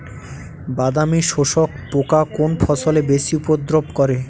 বাদামি শোষক পোকা কোন ফসলে বেশি উপদ্রব করে?